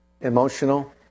emotional